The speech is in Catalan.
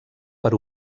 per